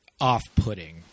off-putting